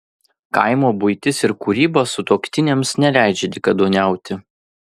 kaimo buitis ir kūryba sutuoktiniams neleidžia dykaduoniauti